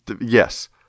yes